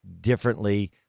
differently